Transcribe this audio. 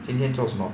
今天做什么